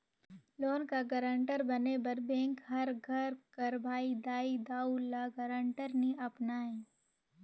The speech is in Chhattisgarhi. लोन कर गारंटर बने बर बेंक हर घर कर भाई, दाई, दाऊ, ल गारंटर नी अपनाए